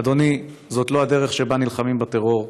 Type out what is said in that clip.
אדוני, זאת לא הדרך שבה נלחמים בטרור,